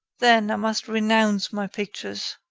then, i must renounce my pictures!